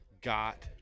got